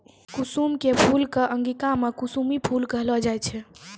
कुसुम के फूल कॅ अंगिका मॅ कुसमी फूल कहलो जाय छै